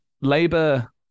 Labour